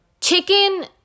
Chicken